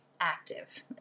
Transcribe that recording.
active